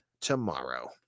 tomorrow